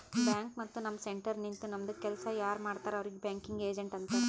bank ಮತ್ತ ನಮ್ centre ನಿಂತು ನಮ್ದು ಕೆಲ್ಸಾ ಯಾರ್ ಮಾಡ್ತಾರ್ ಅವ್ರಿಗ್ ಬ್ಯಾಂಕಿಂಗ್ ಏಜೆಂಟ್ ಅಂತಾರ್